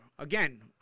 Again